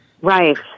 Right